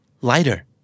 Lighter